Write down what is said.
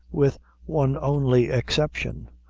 with one only exception.